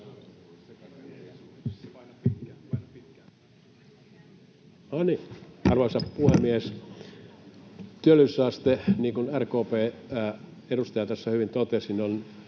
Arvoisa puhemies! Työllisyysaste, niin kuin RKP:n edustaja tässä hyvin totesi, on